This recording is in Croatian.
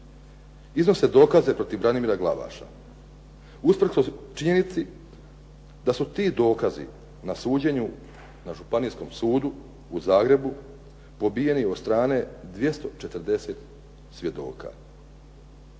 iznose dokaze protiv Branimira Glavaša. Usprkos činjenici da su ti dokazi na suđenju na Županijskom sudu u Zagrebu pobijeni od strane 240 svjedoka.